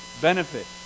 benefit